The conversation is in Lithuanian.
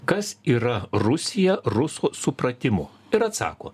kas yra rusija rusų supratimu ir atsako